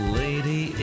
lady